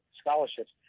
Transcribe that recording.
scholarships